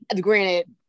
granted